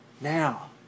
now